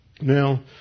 Now